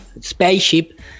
spaceship